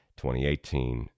2018